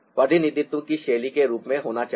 प्रतिनिधित्व की शैली के अनुरूप होना चाहिए